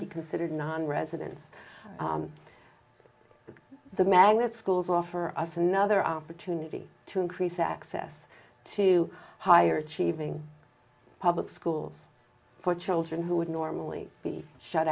be considered nonresidents the magnet schools offer us another opportunity to increase access to higher achievement in public schools for children who would normally be shut